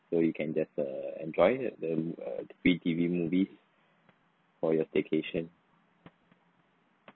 so you can just err enjoying it the uh free T_V movie for your staycation